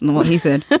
and ah he said